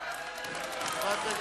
מה קרה?